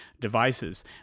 devices